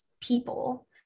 people